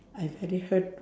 I very hurt